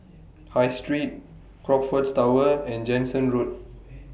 High Street Crockfords Tower and Jansen Road